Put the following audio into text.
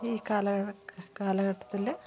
ഈ കാലഘട്ട കാലഘട്ടത്തിൽ